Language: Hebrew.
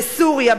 בסוריה,